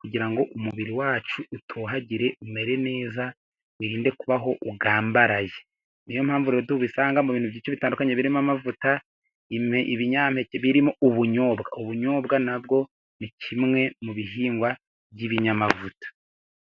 kugira ngo umubiri wacu utohagire umere neza wirinde kubaho ugambaraye, ni yo mpamvu rero tubisanga mu bintu bice bitandukanye, birimo amavuta birimo ubunyobwa. ubunyobwa na bwo ni kimwe mu bihingwa by'ibinyamavuta.